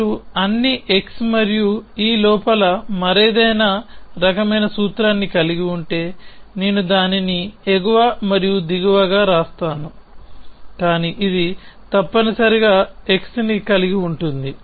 మీరు అన్ని x మరియు ఈ లోపల మరేదైనా రకమైన సూత్రాన్ని కలిగి ఉంటే నేను దానిని ఎగువ మరియు దిగువగా వ్రాస్తాను కాని ఇది తప్పనిసరిగా x ని కలిగి ఉంటుంది